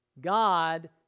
God